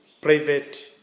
private